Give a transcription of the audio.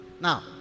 Now